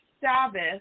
Sabbath